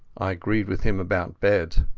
i agreed with him about bed.